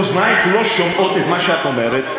אוזנייך לא שומעות את מה שאת אומרת,